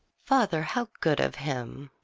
father, how good of him.